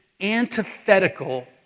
antithetical